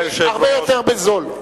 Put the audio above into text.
הרבה יותר בזול.